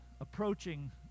approaching